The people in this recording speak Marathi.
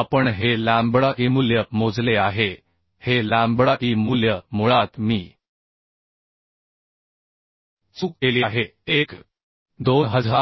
आपण हे लॅम्बडा eमूल्य मोजले आहे हे लॅम्बडा ई मूल्य मुळात मी चूक केली आहे 1